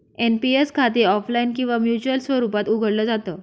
NPS खाते offline किंवा manual स्वरूपात उघडलं जात